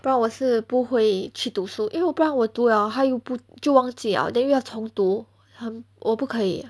不然我是不会去读书因为不然我读了还有不就忘记了 then 又要重读很我不可以